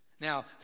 Now